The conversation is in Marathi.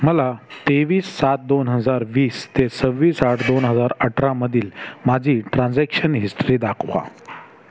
मला तेवीस सात दोन हजार वीस ते सव्वीस आठ दोन हजार अठरामधील माझी ट्रान्झॅक्शन हिस्ट्री दाखवा